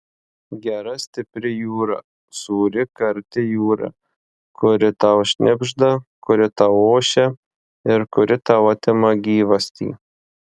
gera stipri jūra sūri karti jūra kuri tau šnibžda kuri tau ošia ir kuri tau atima gyvastį